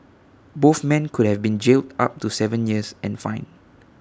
both men could have been jail up to Seven years and fine